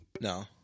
No